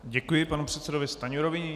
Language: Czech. Děkuji panu předsedovi Stanjurovi.